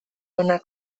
onak